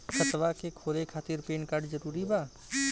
खतवा के खोले खातिर पेन कार्ड जरूरी बा?